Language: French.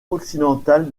occidentale